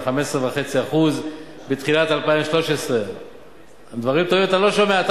ל-15.5% בתחילת 2013. דברים טובים אתה לא שומע,